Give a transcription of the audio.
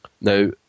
Now